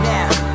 Now